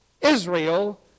Israel